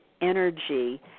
energy